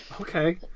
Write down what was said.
Okay